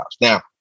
Now